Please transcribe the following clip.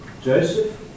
Joseph